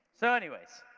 so, anyways,